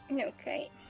okay